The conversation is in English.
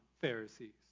Pharisees